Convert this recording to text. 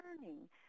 learning